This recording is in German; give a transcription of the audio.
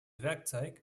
werkzeug